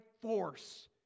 force